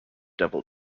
devil